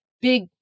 Big